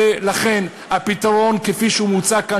ולכן הפתרון כפי שהוא מוצע כאן,